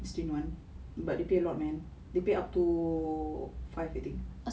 it's two in one but they pay a lot man they pay up to five I think